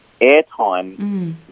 airtime